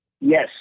Yes